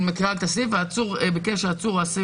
אני קוראת את הסעיף: "ביקש העצור או האסיר